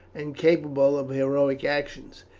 and capable of heroic actions.